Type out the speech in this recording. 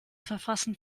verfassen